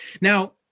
Now